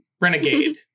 Renegade